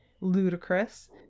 ludicrous